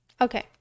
Okay